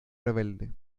rebelde